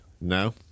No